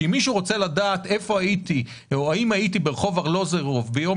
שאם מישהו רוצה לדעת איפה הייתי או האם הייתי ברחוב ארלוזורוב ביום